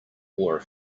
wore